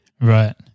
Right